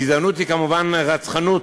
גזענות היא כמובן רצחנות,